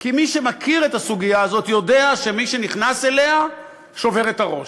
כי מי שמכיר את הסוגיה הזאת יודע שמי שנכנס אליה שובר את הראש.